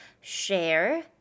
share